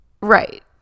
right